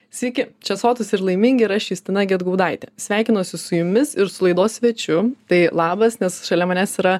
sveiki čia sotūs ir laimingi ir aš justina gedgaudaitė sveikinuosi su jumis ir su laidos svečiu tai labas nes šalia manęs yra